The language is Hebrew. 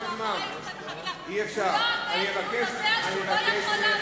העובדים, אתה תעמוד במכתב הזה,